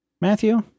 Matthew